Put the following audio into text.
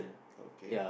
okay